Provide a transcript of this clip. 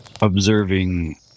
observing